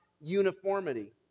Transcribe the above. uniformity